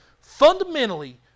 Fundamentally